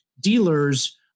dealers